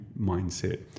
mindset